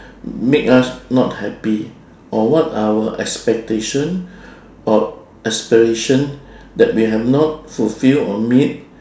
make us not happy or what are our expectation or aspiration that we have not fulfil or meet